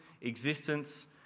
existence